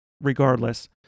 Regardless